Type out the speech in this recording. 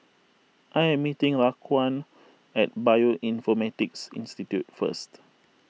I am meeting Raquan at Bioinformatics Institute first